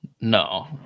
no